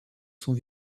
sont